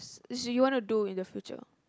it's you want to do in the future